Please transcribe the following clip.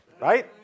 right